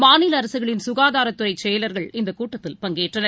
மாநிலஅரசுகளின் சுகாதாரத்துறைச் செயலர்கள் இந்தக் கூட்டத்தில் பங்கேற்றனர்